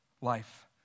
life